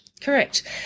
Correct